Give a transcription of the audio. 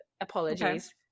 apologies